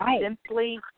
simply